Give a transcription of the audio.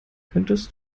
könntest